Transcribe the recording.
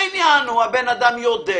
העניין הוא שהבן אדם יודע,